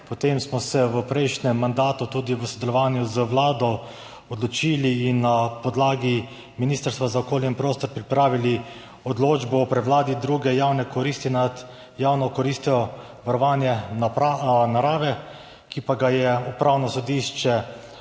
Potem smo se v prejšnjem mandatu tudi v sodelovanju z Vlado odločili in na podlagi Ministrstva za okolje in prostor pripravili odločbo o prevladi druge javne koristi nad javno koristjo varovanje narave, ki pa jo je Upravno sodišče